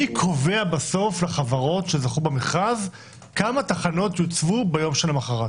מי קובע בסוף לחברות שזכו במכרז כמה תחנות יוצבו ביום שלמוחרת?